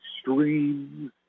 streams